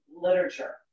literature